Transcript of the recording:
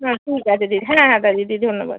হ্যাঁ ঠিক আছে দিদি হ্যাঁ হ্যাঁ দা দিদি ধন্যবাদ